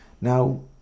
now